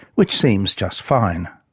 which seems just fine.